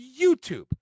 YouTube